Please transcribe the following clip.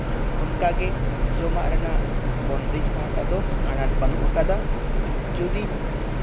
ᱚᱱᱠᱟ ᱜᱮ ᱡᱚᱢᱟᱜ ᱨᱮᱱᱟᱜ ᱵᱚᱱᱫᱮᱡ ᱯᱟᱦᱴᱟ ᱫᱚ ᱟᱱᱟᱴ ᱵᱟᱱᱩᱜ ᱟᱠᱟᱫᱟ ᱡᱩᱫᱤ